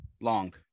long